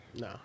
No